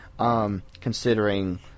considering